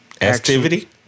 Activity